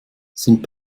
sind